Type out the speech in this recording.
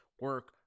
Work